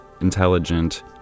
intelligent